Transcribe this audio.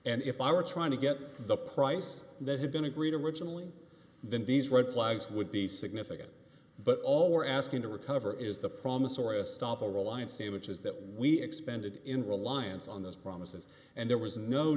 and if i were trying to get the price that had been agreed originally then these red flags would be significant but all we're asking to recover is the promissory estoppel reliance damages that we expended in reliance on those promises and there was no